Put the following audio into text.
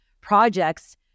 projects